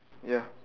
ya